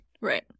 Right